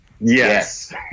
Yes